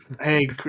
Hey